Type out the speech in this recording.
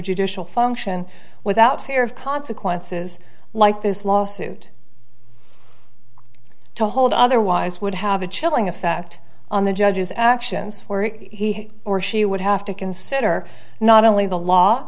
judicial function without fear of consequences like this lawsuit to hold otherwise would have a chilling effect on the judge's actions where he or she would have to consider not only the law